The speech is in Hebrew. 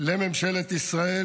לממשלת ישראל,